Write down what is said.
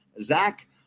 Zach